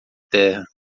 terra